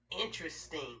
interesting